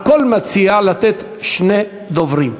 על כל מציע לתת שני דוברים.